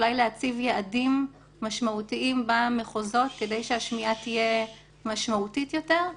אולי להציב יעדים משמעותיים במחוזות כדי שהשמיעה תהיה משמעותית יותר,